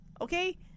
Okay